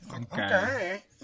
Okay